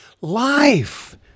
life